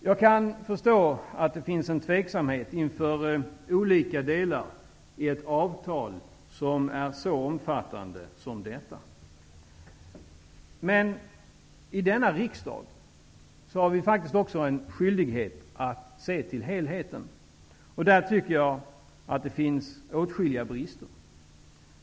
Jag kan förstå att det finns en tveksamhet inför olika delar i ett avtal som är så omfattande som detta. I denna riksdag har vi faktiskt också en skyldighet att se till helheten. Jag tycker att det finns åtskilliga brister.